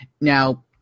Now